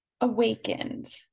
awakened